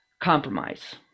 compromise